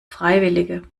freiwillige